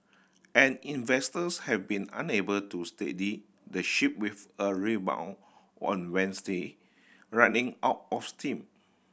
and investors have been unable to steady the ship with a rebound on Wednesday running out of steam